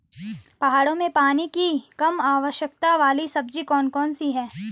पहाड़ों में पानी की कम आवश्यकता वाली सब्जी कौन कौन सी हैं?